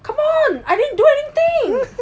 come on I didn't do anything